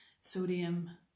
sodium